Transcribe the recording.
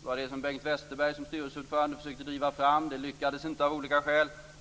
Det var det som Bengt Westerberg som styrelseordförande försökte driva fram. Det lyckades inte av olika skäl.